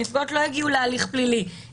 שנפגעות לא יגיעו להליך פלילי,